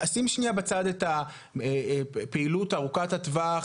שים שנייה בצד את הפעילות ארוכת הטווח